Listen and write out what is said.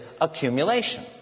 accumulation